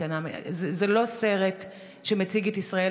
זה לא סרט שמציג את ישראל,